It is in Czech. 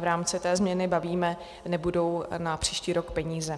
v rámci té změny bavíme, nebudou na příští rok peníze.